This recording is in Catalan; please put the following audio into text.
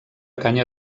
canya